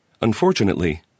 Unfortunately